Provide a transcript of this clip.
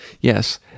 Yes